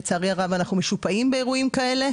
לצערי הרב, אנחנו משופעים באירועים כאלה.